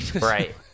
right